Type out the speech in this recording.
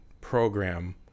program